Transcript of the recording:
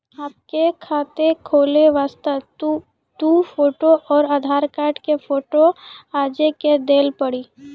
आपके खाते खोले वास्ते दु फोटो और आधार कार्ड के फोटो आजे के देल पड़ी?